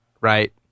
right